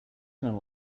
gonna